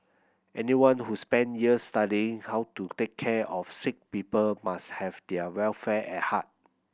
anyone who's spend year studying how to take care of sick people must have their welfare at heart